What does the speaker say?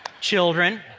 children